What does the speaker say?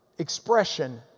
expression